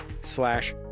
slash